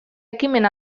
ekimen